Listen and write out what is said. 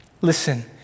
Listen